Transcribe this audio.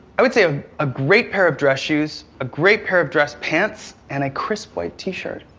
i would say ah a great pair of dress shoes, a great pair of dress pants, and a crisp white t-shirt.